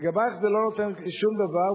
לגבייך זה לא נותן שום דבר,